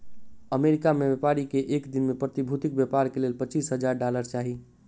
America में व्यापारी के एक दिन में प्रतिभूतिक व्यापार के लेल पचीस हजार डॉलर चाही